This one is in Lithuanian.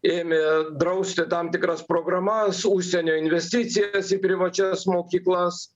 ėmė drausti tam tikras programas užsienio investicijas į privačias mokyklas